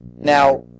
Now